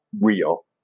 real